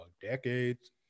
Decades